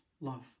love